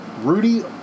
Rudy